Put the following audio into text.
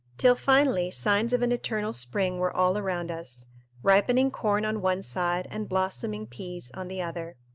till, finally, signs of an eternal spring were all around us ripening corn on one side, and blossoming peas on the other.